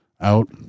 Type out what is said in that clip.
out